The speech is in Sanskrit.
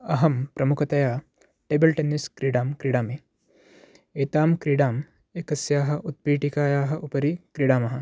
अहं प्रमुखतया टेबल् टेन्निस् क्रीडां क्रीडामि एतां क्रीडाम् एकस्याः उत्पीटिकायाः उपरि क्रीडामः